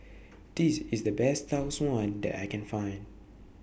This IS The Best Tau Suan that I Can Find